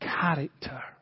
character